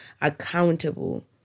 accountable